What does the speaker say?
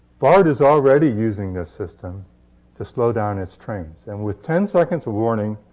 bart is already using this system to slow down its trains. and with ten seconds of warning,